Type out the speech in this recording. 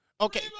Okay